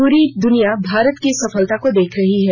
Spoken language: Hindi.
पूरी दुनिया भारत की इस सफलता को देख रही है